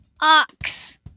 Ox